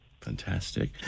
Fantastic